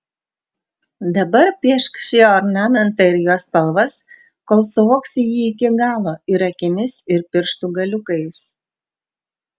dabar piešk šį ornamentą ir jo spalvas kol suvoksi jį iki galo ir akimis ir pirštų galiukais